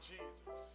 Jesus